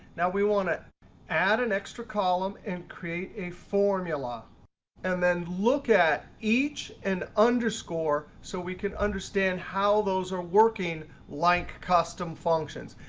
now we want to add an extra column and create a formula and then look at each and underscore so we can understand how those are working like custom functions.